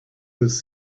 was